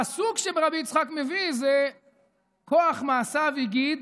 הפסוק שרבי יצחק מביא זה "כח מעשיו הגיד